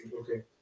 Okay